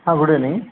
हा good evening